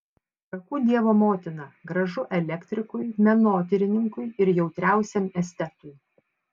trakų dievo motina gražu elektrikui menotyrininkui ir jautriausiam estetui